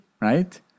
right